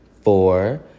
four